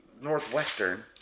Northwestern